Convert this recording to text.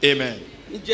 Amen